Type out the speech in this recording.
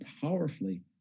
powerfully